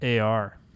AR